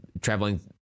traveling